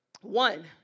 One